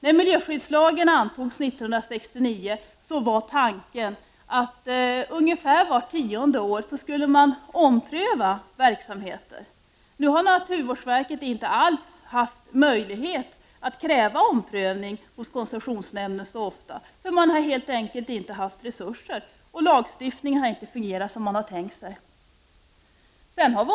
När miljöskyddslagen antogs 1969 var tanken den att man ungefär vart tionde år skulle ompröva verksamheter. Nu har naturvårdsverket inte alls haft möjlighet att hos koncessionsnämnden så ofta kräva omprövning. Man har helt enkelt inte haft resurser, och lagstiftningen har inte fungerat som man har tänkt sig.